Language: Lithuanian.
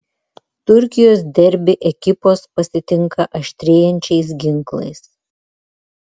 turkijos derbį ekipos pasitinka aštrėjančiais ginklais